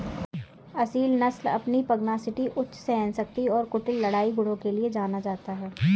असील नस्ल अपनी पगनासिटी उच्च सहनशक्ति और कुटिल लड़ाई गुणों के लिए जाना जाता है